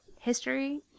history